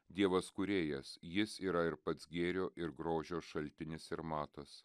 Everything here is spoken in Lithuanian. dievas kūrėjas jis yra ir pats gėrio ir grožio šaltinis ir matas